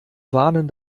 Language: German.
warnen